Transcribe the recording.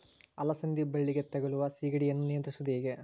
ಅಲಸಂದಿ ಬಳ್ಳಿಗೆ ತಗುಲುವ ಸೇಗಡಿ ಯನ್ನು ನಿಯಂತ್ರಿಸುವುದು ಹೇಗೆ?